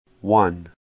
One